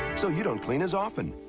so you don't clean as often.